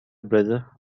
brother